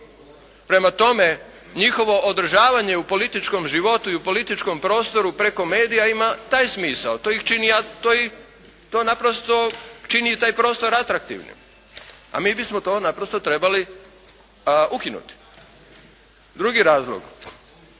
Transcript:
Prema tome njihovo održavanje u političkom životu i u političkom prostoru preko medija ima taj smisao. To ih čini, to naprosto čini taj prostor atraktivnim. A mi bismo to naprosto trebali ukinuti. Drugi razlog.